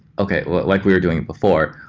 okay, like we were doing it before,